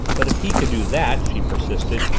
but, if he could do that, she persisted,